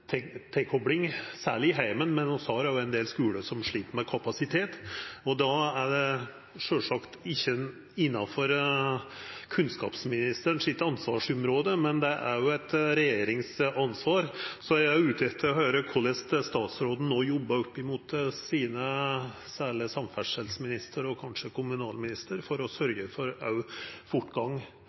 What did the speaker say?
dårleg tilkopling, særleg i heimen, men vi har òg ein del skular som slit med kapasitet. Det er sjølvsagt ikkje innanfor kunnskapsministeren sitt ansvarsområde, men det er eit regjeringsansvar, så eg er ute etter å høyra korleis statsråden no jobbar opp mot særleg samferdselsministeren og kanskje kommunalministeren for å sørgja for fortgang